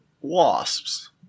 wasps